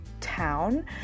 town